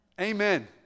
Amen